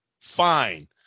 fine